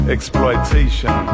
Exploitation